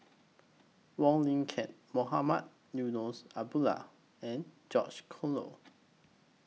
Wong Lin Ken Mohamed Eunos Abdullah and George Collyer